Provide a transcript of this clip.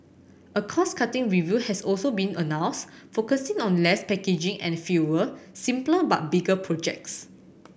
a cost cutting review has also been announced focusing on less packaging and fewer simpler but bigger projects